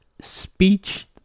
speech